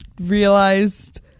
realized